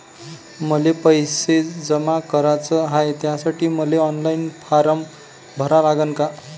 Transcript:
मले पैसे जमा कराच हाय, त्यासाठी मले ऑनलाईन फारम भरा लागन का?